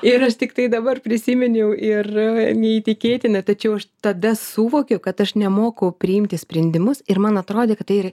ir aš tiktai dabar prisiminiau ir neįtikėtina tačiau aš tada suvokiau kad aš nemoku priimti sprendimus ir man atrodė kad tai